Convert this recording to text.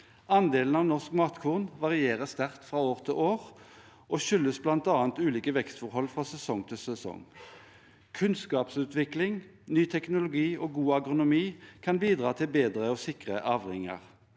Andelen av norsk matkorn varierer sterkt fra år til år og skyldes bl.a. ulike vekstforhold fra sesong til sesong. Kunnskapsutvikling, ny teknologi og god agronomi kan bidra til bedre og sikrere avlinger.